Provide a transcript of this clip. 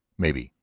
maybe,